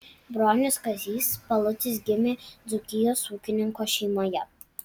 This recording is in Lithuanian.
bronius kazys balutis gimė dzūkijos ūkininko šeimoje